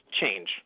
change